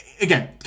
Again